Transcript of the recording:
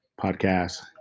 podcast